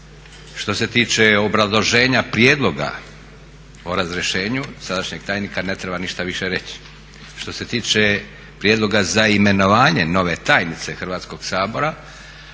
Što se tiče obrazloženja Prijedloga o razrješenju sadašnjeg tajnika ne treba ništa više reći. Što se tiče prijedloga za imenovanje nove tajnice Hrvatskoga sabora,